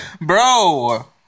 bro